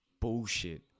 bullshit